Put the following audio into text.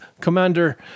Commander